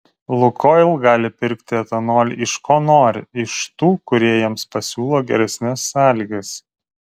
lukoil gali pirkti etanolį iš ko nori iš tų kurie jiems pasiūlo geresnes sąlygas